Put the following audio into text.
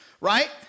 right